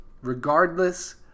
Regardless